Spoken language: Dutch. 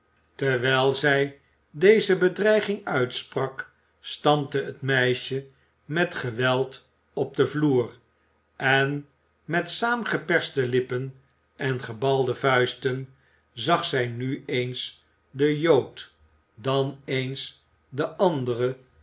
terwijl zij deze bedreiging uitsprak stampte het meisje met geweld op den vloer en met saamgeperste lippen en gebalde vuisten zag zij nu eens den jood dan eens den anderen